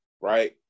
right